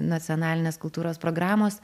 nacionalinės kultūros programos